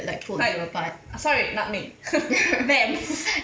like sorry not me them